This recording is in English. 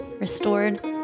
restored